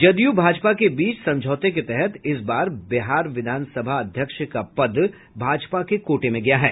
जदयू भाजपा के बीच समझौते के तहत इस बार विधानसभा अध्यक्ष का पद भाजपा के कोटे में गया है